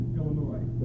Illinois